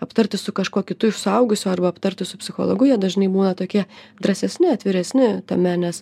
aptarti su kažkuo kitu iš suaugusių arba aptarti su psichologu jie dažnai būna tokie drąsesni atviresni tame nes